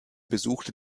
besuchte